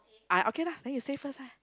I okay lah then you say first lah